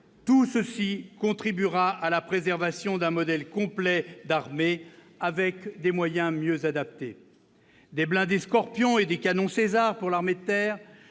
tout cela contribuera à la préservation d'un modèle complet d'armée, avec des moyens mieux adaptés. Des blindés Scorpion et des canons Caesar pour l'armée de terre,